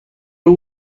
two